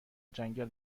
جنگل